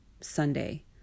Sunday